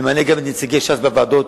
וממנה גם את נציגי ש"ס בוועדות